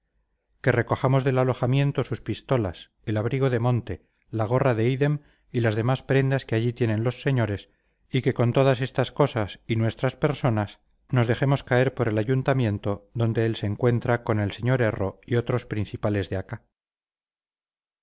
que recojamos del alojamiento sus pistolas el abrigo de monte la gorra de ídem y las demás prendas que allí tienen los señores y que con todas estas cosas y nuestras personas nos dejemos caer por el ayuntamiento donde él se encuentra con el sr erro y otros principales de acá